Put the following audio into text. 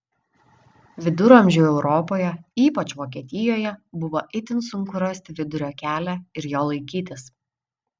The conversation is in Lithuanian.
viduramžių europoje ypač vokietijoje buvo itin sunku rasti vidurio kelią ir jo laikytis